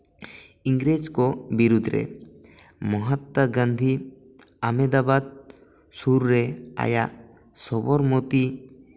ᱤᱝᱨᱮᱡᱽ ᱠᱚ ᱵᱤᱨᱳᱫᱨᱮ ᱢᱚᱛᱟᱛᱛᱟ ᱜᱟᱱᱫᱷᱤ ᱟᱢᱮᱫᱟᱵᱟᱫ ᱥᱩᱨᱨᱮ ᱟᱭᱟᱜ ᱥᱚᱵᱚᱨᱢᱚᱛᱤ